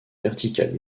verticale